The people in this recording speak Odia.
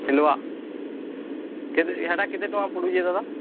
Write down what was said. ମିଲ୍ବା ସେଟା କେତେ ଟଙ୍କା ପଡ଼ୁଛି ହେ ଦାଦା